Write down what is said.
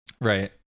Right